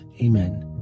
Amen